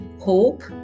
hope